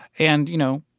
and, you know,